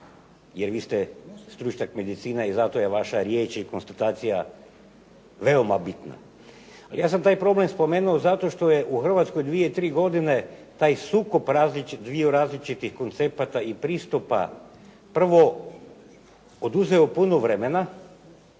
jer vi ste stručnjak medicine i zato je vaša riječ i konstatacija veoma bitna, ali ja sam taj problem spomenuo zato što je u Hrvatskoj 2, 3 godine taj sukob dviju različitih koncepata i pristupa prvo oduzeo puno vremena,